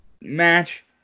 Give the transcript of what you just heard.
match